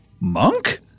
Monk